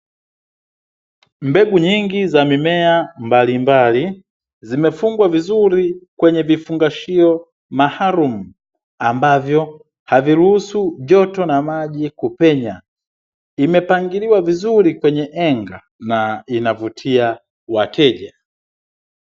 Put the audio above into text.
Mbegu nyingi za mimea mbalimbali, zimefungwa vizuri kwenye vifungashio maalumu ambavyo haviruhusu joto na maji kupenya. Imepangiliwa vizuri kwneye henga na inavutia wateja.